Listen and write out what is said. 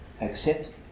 accept